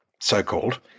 so-called